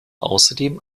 außerdem